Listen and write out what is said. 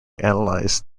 analyze